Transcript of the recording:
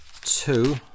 two